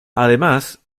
además